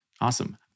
Awesome